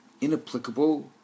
inapplicable